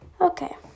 Okay